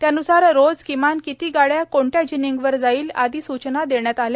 त्यानुसार रोज किमान किती गाड्या कोणत्या जिनिंगवर जाईल आदी सूचना देण्यात आल्या